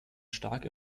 stark